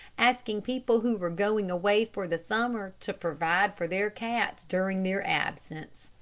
asking people who were going away for the summer to provide for their cats during their absence.